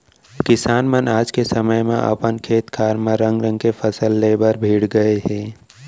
किसान मन आज के समे म अपन खेत खार म रंग रंग के फसल ले बर भीड़ गए हें